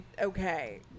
Okay